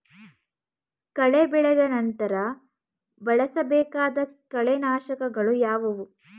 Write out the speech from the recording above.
ಕಳೆ ಬೆಳೆದ ನಂತರ ಬಳಸಬೇಕಾದ ಕಳೆನಾಶಕಗಳು ಯಾವುವು?